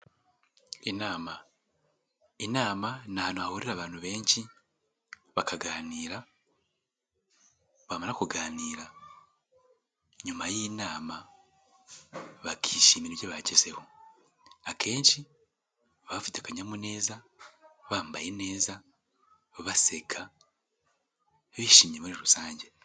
Inama, inama ni ahantu hahurira abantu benshi, bakaganira, bamara kuganira, nyuma y'iyi nama bakishimira ibyo bagezeho, akenshi baba bafite akanyamuneza, bambaye neza, baseka, bishimye muri rusange.